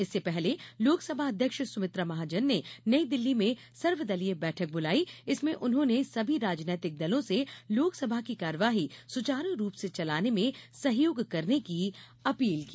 इससे पहले लोकसभा अध्यक्ष सुमित्रा महाजन ने नई दिल्ली में सर्वदलीय बैठक वुलाई इसमें उन्होंने सभी राजनीतिक दलों से लोकसभा की कार्यवाही सुचारू रूप से चलाने में सहयोग करने की अपील की